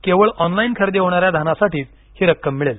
केवळ ऑनलाईन खरेदी होणाऱ्या धानासाठीच ही रक्कम मिळेल